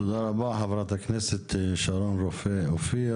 תודה רבה חברת הכנסת שרון רופא אופיר.